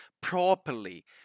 properly